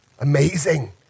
Amazing